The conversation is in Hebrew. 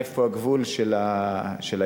איפה הגבול של ההתערבות.